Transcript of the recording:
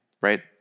right